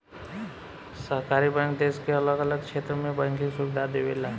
सहकारी बैंक देश के अलग अलग क्षेत्र में बैंकिंग सुविधा देवेला